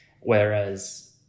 Whereas